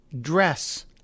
dress